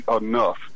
enough